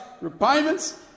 repayments